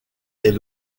est